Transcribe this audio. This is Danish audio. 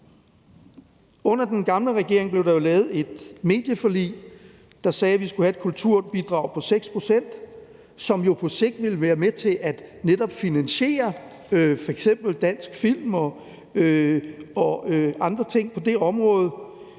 Under den gamle regering blev der jo lavet et medieforlig, der sagde, at vi skulle have et kulturbidrag på 6 pct., som på sigt ville være med til netop at finansiere f.eks. dansk film og andre ting på det område.